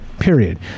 Period